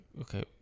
okay